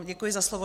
Děkuji za slovo.